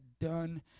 done